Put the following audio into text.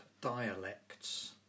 dialects